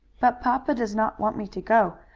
but papa does not want me to go.